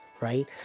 right